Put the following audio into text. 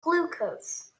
glucose